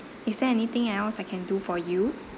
is there anything else I can do for you